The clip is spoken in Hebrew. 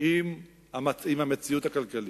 עם המציאות הכלכלית.